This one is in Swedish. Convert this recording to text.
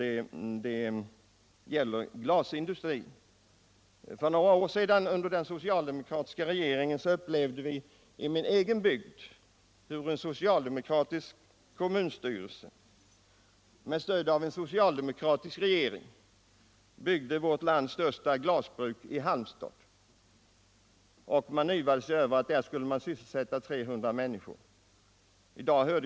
Det gäller glasindustrin. För några år sedan beslöt kommunstyrelsen i min hembygd, som hade en socialdemokratisk majoritet, att med stöd från den dåvarande socialdemokratiska regeringen bygga vårt lands största glasbruk i Halmstad. Man yvade sig över att 300 människor skulle sysselsättas där.